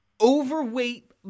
overweight